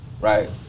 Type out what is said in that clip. Right